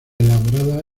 elaborada